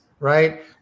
Right